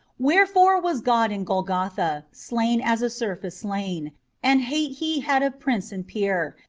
wherefore was god in golgotha slain as a serf is slain and hate he had of prince and peer,